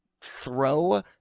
throw